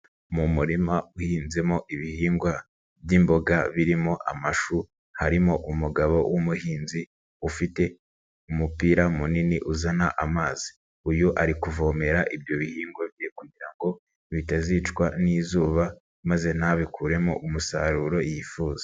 Mu murima uhinzemo ibihingwa by'imboga birimo amashu harimo umugabo w'umuhinzi ufite umupira munini uzana amazi, uyu ari kuvomera ibyo bihingwa kugira ngo bitazicwa n'izuba maze ntabikuremo umusaruro yifuza.